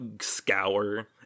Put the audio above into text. scour